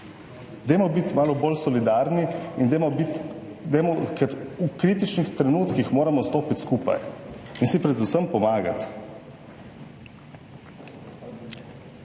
Dajmo biti malo bolj solidarni in dajmo biti, dajmo, ker v kritičnih trenutkih moramo stopiti skupaj in si predvsem pomagati.